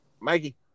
Mikey